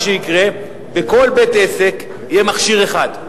בכל בית-עסק יהיה מכשיר אחד.